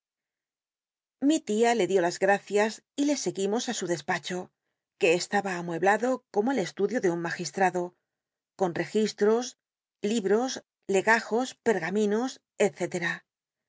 mi tia le dió las gracias y le seguimos í su dcsllarho que estaba amueblado como el estudio de un magislmdo con r cgi llos libros legajos pergaminos